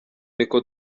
niko